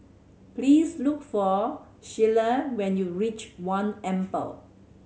please look for Shelia when you reach One Amber